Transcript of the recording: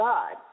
God